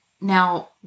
Now